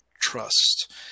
trust